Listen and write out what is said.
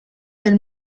del